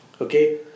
Okay